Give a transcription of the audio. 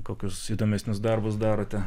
kokius įdomesnius darbus darote